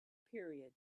period